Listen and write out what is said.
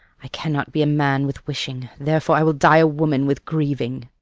i cannot be a man with wishing, therefore i will die a woman with grieving.